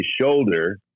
shoulder